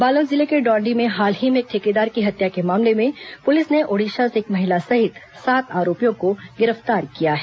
बालोद जिले के डौंडी में हाल ही में एक ठेकेदार की हत्या के मामले में पुलिस ने ओडिशा से एक महिला सहित सात आरोपियों को गिरफ्तार किया है